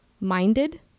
minded